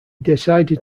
decided